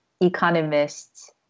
economists